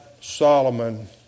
Solomon